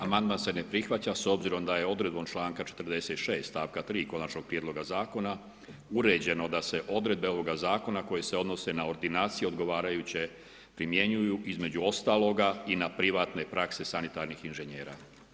Amandman se ne prihvaća s obzirom da je odredbom članka 46 stavka 3 konačnog prijedloga zakona uređeno da se odredbe ovoga zakona koje se odnose na ordinacije odgovarajuće primjenjuju, između ostaloga, i na privatne prakse sanitarnih inžinjera.